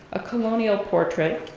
a colonial portrait,